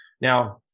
Now